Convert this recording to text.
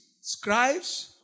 Scribes